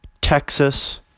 Texas